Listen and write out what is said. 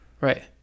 Right